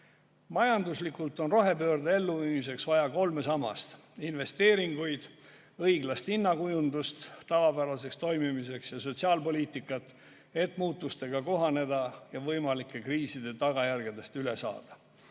Majanduslikult on rohepöörde elluviimiseks vaja kolme sammast: investeeringuid, õiglast hinnakujundust tavapäraseks toimimiseks ning sotsiaalpoliitikat, et muutustega kohaneda ja võimalike kriiside tagajärgedest üle saada.